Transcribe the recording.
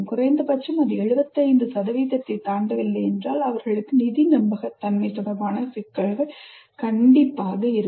குறைந்தபட்சம் அது 75 ஐத் தாண்டவில்லை என்றால் அவர்களுக்கு நிதி நம்பகத்தன்மை தொடர்பான சிக்கல்கள் இருக்கும்